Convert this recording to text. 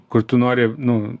kur tu nori nu